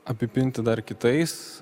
apipinti dar kitais